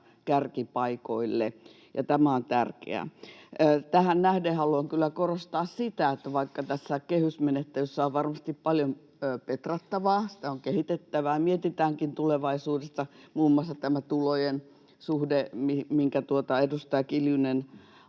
kärkipaikoille, ja tämä on tärkeää. Tähän nähden haluan kyllä korostaa sitä, että vaikka tässä kehysmenettelyssä on varmasti paljon petrattavaa, sitä on kehitettävä, ja mietitäänkin tulevaisuudessa muun muassa tämä tulojen suhde, minkä edustaja Kiljunen